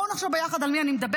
בואו נחשוב ביחד, על מי אני מדברת?